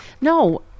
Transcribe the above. no